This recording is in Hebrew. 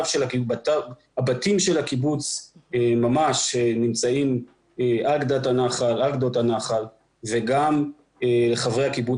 הבתים של הקיבוץ נמצאים ממש על גדות הנחל וגם חברי הקיבוץ